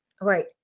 Right